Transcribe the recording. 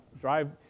drive